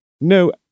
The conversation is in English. No